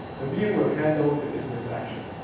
the view will handle the dismiss action.